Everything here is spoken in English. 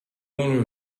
owner